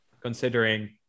considering